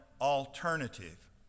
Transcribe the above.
alternative